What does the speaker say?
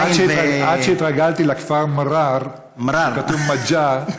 עד שהתרגלתי לכפר מראר שכתוב מגאר,